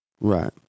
Right